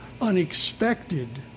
unexpected